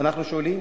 אנחנו שואלים,